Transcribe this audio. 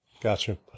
Gotcha